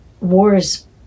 Wars